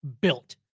Built